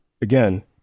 again